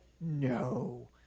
No